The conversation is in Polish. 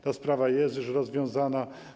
Ta sprawa jest już rozwiązana.